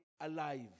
alive